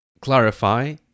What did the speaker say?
clarify